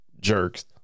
jerks